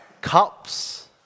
cups